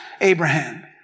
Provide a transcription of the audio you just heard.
Abraham